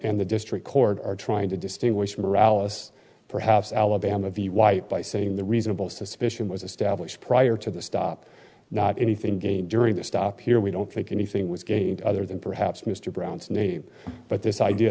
and the district court are trying to distinguish morales perhaps alabama v white by saying the reasonable suspicion was established prior to the stop not anything gained during this stop here we don't think anything was gained other than perhaps mr brown's name but this idea